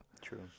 True